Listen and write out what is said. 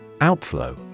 Outflow